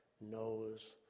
knows